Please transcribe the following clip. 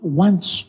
wants